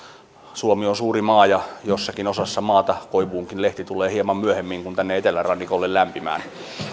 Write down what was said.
suomi on suuri maa ja jossakin osassa maata koivuunkin lehti tulee hieman myöhemmin kuin tänne etelärannikolle lämpimään